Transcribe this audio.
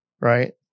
Right